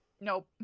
Nope